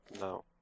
No